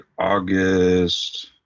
August